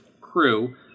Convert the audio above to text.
crew